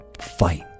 fight